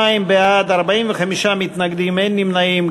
32 בעד, 45 מתנגדים, אין נמנעים.